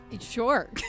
Sure